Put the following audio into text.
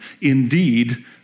indeed